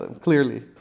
clearly